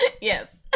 Yes